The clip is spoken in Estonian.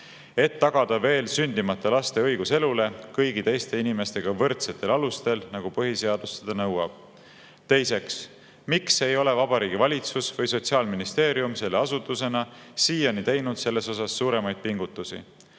et tagada veel sündimata laste õigus elule kõigi teiste inimestega võrdsetel alustel, nagu põhiseadus seda nõuab?" Teiseks: "Miks ei ole Vabariigi Valitsus või Sotsiaalministeerium selle asutusena siiani teinud selles osas suuremaid pingutusi?"